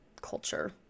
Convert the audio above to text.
culture